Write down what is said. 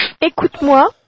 Écoute-moi